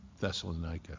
Thessalonica